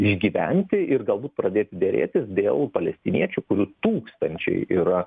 išgyventi ir galbūt pradėti derėtis dėl palestiniečių kurių tūkstančiai yra